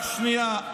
רק שנייה.